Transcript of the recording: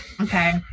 Okay